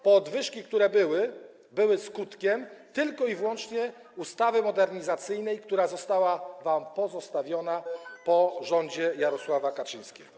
Podwyżki, które były, były skutkiem tylko i wyłącznie ustawy modernizacyjnej, która została wam pozostawiona przez rząd Jarosława Kaczyńskiego.